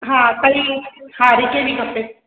हा तई हा रिचड़ी खपे